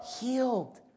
healed